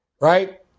right